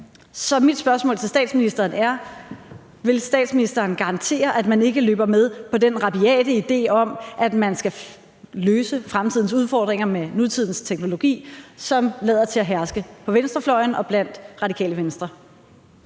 Så mit spørgsmål til statsministeren er: Vil statsministeren garantere, at man ikke løber med på den rabiate idé om, at man skal løse fremtidens udfordringer med nutidens teknologi, som lader til at herske på venstrefløjen og i Radikale Venstre?